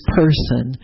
person